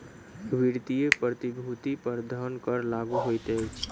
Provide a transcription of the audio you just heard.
वित्तीय प्रतिभूति पर धन कर लागू होइत अछि